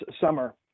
summer